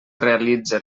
realitze